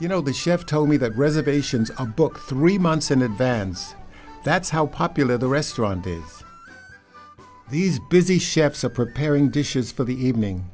you know the chef told me that reservations are book three months in advance that's how popular the restaurant gave these busy chefs are preparing dishes for the evening